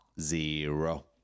zero